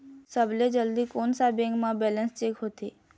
सबसे जल्दी कोन सा बैंक म बैलेंस चेक होथे?